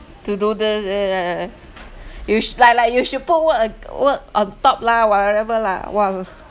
to do the you sh~ like like you should put work a~ work on top lah whatever lah wal~